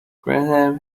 graham